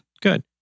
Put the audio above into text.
Good